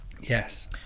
Yes